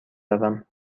روم